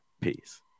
peace